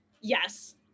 Yes